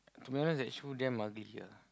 to be honest that shoe damn ugly ah